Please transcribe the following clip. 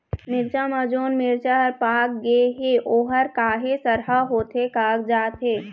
मिरचा म जोन मिरचा हर पाक गे हे ओहर काहे सरहा होथे कागजात हे?